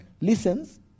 listens